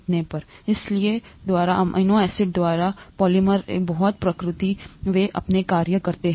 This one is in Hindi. इसलिए द्वारा अमीनो एसिड के पॉलिमर की बहुत प्रकृति वे अपने कार्य करते हैं